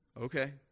Okay